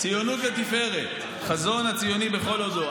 ציונות לתפארת, החזון הציוני בכל הודו.